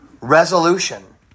resolution